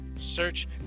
search